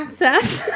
access